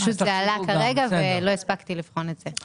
זה עלה כרגע ולא הספקתי לבחון את זה.